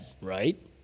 Right